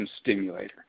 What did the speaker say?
Stimulator